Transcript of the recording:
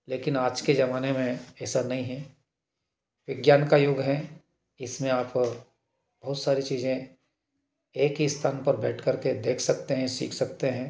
लेकिन आज के ज़माने में ऐसा नहीं है एक ज्ञान का युग है इसमें आप बहुत सारी चीज़ें एक ही स्थान पर बैठ करके देख सकते हैं सीख सकते हैं